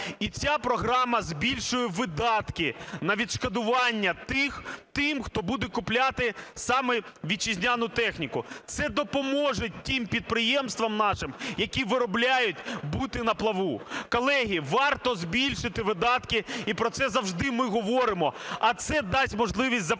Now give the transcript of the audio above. І ця програма збільшує видатки на відшкодування тим, хто буде купляти саме вітчизняну техніку. Це допоможе тим підприємствам нашим, які виробляють, бути на плаву. Колеги, варто збільшити видатки, і про це завжди ми говоримо, а це дасть можливість запустити